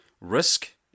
risk-